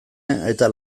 eta